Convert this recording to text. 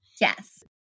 Yes